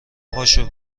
پاشو